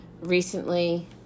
recently